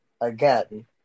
again